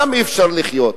גם אי-אפשר לחיות.